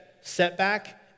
setback